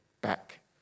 back